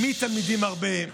העמיד תלמידים הרבה.